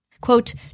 Quote